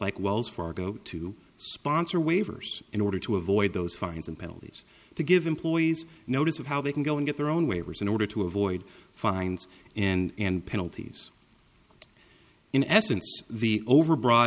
like wells fargo to sponsor waivers in order to avoid those fines and penalties to give employees notice of how they can go and get their own waivers in order to avoid fines and penalties in essence the overbr